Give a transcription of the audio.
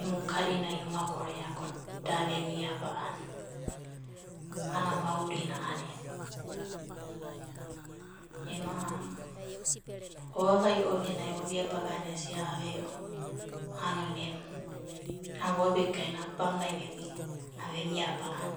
Emu kadinai oma korea ko da vemia ba'ana a'ana maurina a'adina. Ema ovavai ovinai ovia bagana esiava ve'o ana emuna. A'ana voabikaina abamunai vemia a'ana vemia ba'ana.